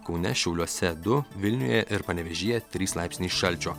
kaune šiauliuose du vilniuje ir panevėžyje trys laipsniai šalčio